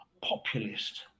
populist